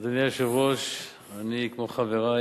אדוני היושב-ראש, אני, כמו חברי,